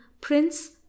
Prince